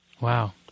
Wow